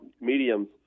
mediums